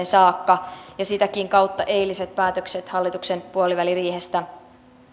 saakka sitäkin kautta eiliset päätökset hallituksen puoliväliriihestä